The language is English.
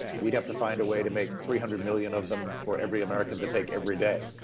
we'd have to find a way to make three hundred million of them for every american to take every day.